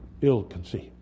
ill-conceived